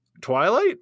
Twilight